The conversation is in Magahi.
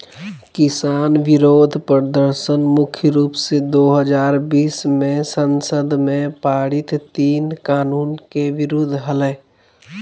किसान विरोध प्रदर्शन मुख्य रूप से दो हजार बीस मे संसद में पारित तीन कानून के विरुद्ध हलई